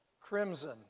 Crimson